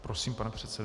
Prosím, pane předsedo.